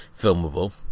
filmable